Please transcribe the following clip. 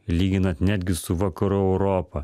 lyginant netgi su vakarų europa